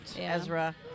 Ezra